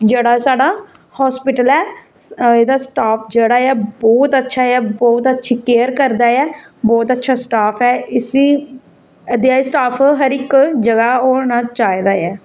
जेहड़ा साढ़ा हाॅस्पिटल ऐ एहदा स्टाफ जेहड़ा ऐ बहुत अच्छा ऐ बहुत अच्छी केयर करदा ऐ बहुत अच्छा स्टाफ ऐ इस्सी इयै नेहा स्टाफ हर इक जगह होना चाहिदा ऐ